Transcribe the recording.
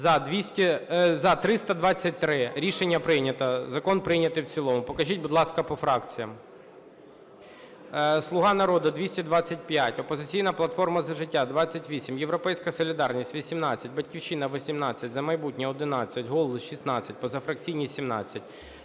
За-323 Рішення прийнято. Закон прийнятий в цілому. Покажіть, будь ласка, по фракціям. "Слуга народу" – 225, "Опозиційна платформа - За життя" – 28, "Європейська солідарність" – 18, "Батьківщина" – 18, "За майбутнє" – 11, "Голос" – 16, позафракційні – 17.